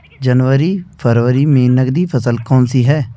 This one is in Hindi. जनवरी फरवरी में नकदी फसल कौनसी है?